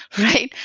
right?